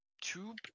Two